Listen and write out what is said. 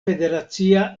federacia